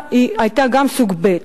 היתה סוג ב',